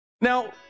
Now